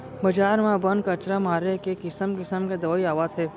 बजार म बन, कचरा मारे के किसम किसम के दवई आवत हे